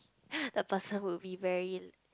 the person would be very